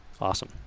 Awesome